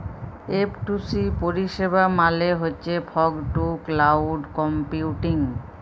F two C পরিষেবা মালে হছ ফগ টু ক্লাউড কম্পিউটিং